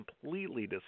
completely